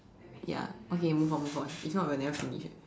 ya okay move on move on if not we'll never finish eh